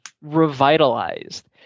revitalized